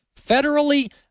federally